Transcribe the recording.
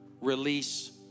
release